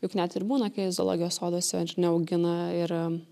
juk net ir būna kai zoologijos soduose neaugina ir